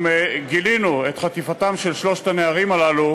אם גילינו את חטיפתם של שלושת הנערים הללו,